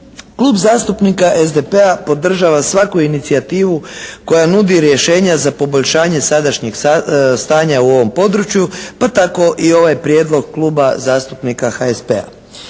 Klub zastupnika SDP-a podržava svaku inicijativu koja nudi rješenja za poboljšanje sadašnjeg stanja u ovom području pa tako i ovaj prijedlog Kluba zastupnika HSP-a.